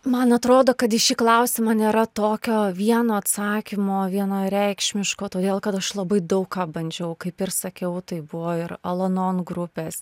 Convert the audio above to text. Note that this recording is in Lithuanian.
man atrodo kad į šį klausimą nėra tokio vieno atsakymo vienareikšmiško todėl kad aš labai daug ką bandžiau kaip ir sakiau tai buvo ir alanon grupės